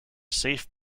safe